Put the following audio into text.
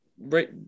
right